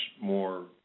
more